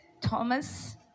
Thomas